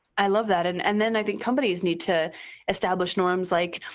i love that. and and then i think companies need to establish norms like,